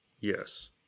Yes